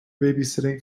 babysitting